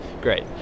great